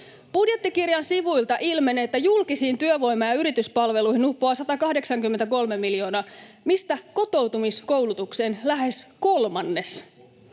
Budjettikirjan sivuilta ilmenee, että julkisiin työvoima- ja yrityspalveluihin uppoaa 183 miljoonaa, mistä kotoutumiskoulutukseen lähes kolmannes.